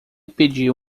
pediu